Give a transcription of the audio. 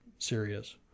serious